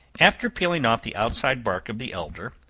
after peeling off the outside bark of the elder,